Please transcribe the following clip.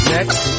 Next